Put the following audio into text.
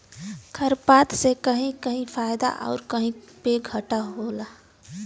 खरपात से कहीं कहीं फायदा आउर कहीं पे घाटा भी होला